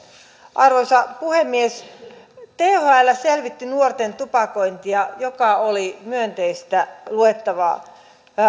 arvoisa puhemies thl selvitti nuorten tupakointia joka oli myönteistä luettavaa